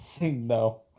No